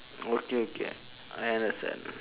okay okay I understand